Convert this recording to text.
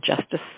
justice